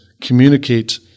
communicate